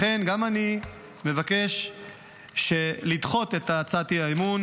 לכן, גם אני מבקש לדחות את הצעת האי-אמון,